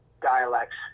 dialects